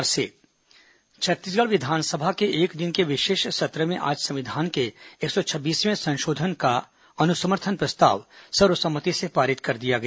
विधानसभा विशेष सत्र छत्तीसगढ़ विधानसभा के एक दिन के विशेष सत्र में आज संविधान के एक सौ छब्बीसवें संशोधन का अनुसमर्थन प्रस्ताव सर्वसम्मति से पारित कर दिया गया